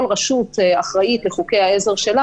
כל רשות אחראית לחוקי העזר שלך.